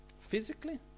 Physically